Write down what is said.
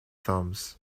thumbs